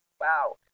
wow